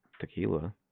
tequila